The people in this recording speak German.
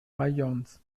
rajons